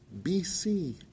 BC